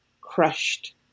crushed